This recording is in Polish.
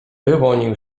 wyłonił